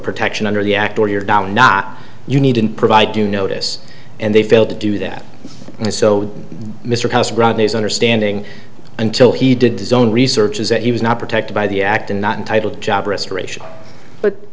protection under the act or your dollar you need to provide due notice and they failed to do that and so mr romney's understanding until he did does own research is that he was not protected by the act and not entitled job restoration but